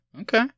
Okay